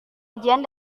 ujian